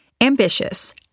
Ambitious